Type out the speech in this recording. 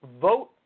vote